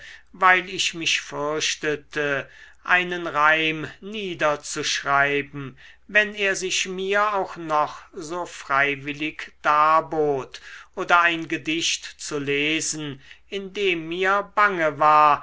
weil ich mich fürchtete einen reim niederzuschreiben wenn er sich mir auch noch so freiwillig darbot oder ein gedicht zu lesen indem mir bange war